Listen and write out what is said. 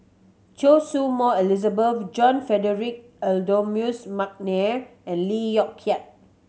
Choy Su Moi Elizabeth John Frederick Adolphus McNair and Lee Yong Kiat